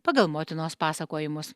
pagal motinos pasakojimus